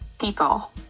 People